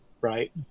right